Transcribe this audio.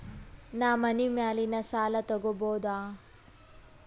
ನಾ ಮನಿ ಮ್ಯಾಲಿನ ಸಾಲ ತಗೋಬಹುದಾ?